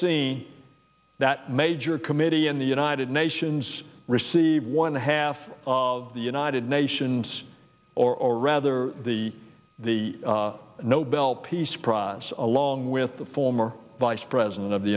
see that major committee in the united nations received one half of the united nations or rather the the nobel peace prize along with the former vice president of the